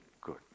good